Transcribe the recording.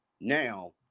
now